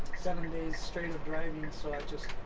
seven days straight of driving and so i just